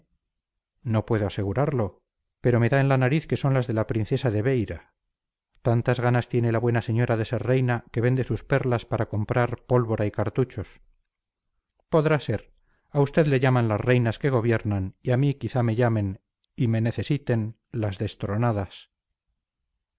no puedo asegurarlo pero me da en la nariz que son las de la princesa de beira tantas ganas tiene la buena señora de ser reina que vende sus perlas para comprar pólvora y cartuchos podrá ser a usted le llaman las reinas que gobiernan y a mí quizá me llamen y me necesiten las destronadas